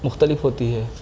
مختلف ہوتی ہے